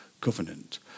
covenant